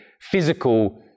physical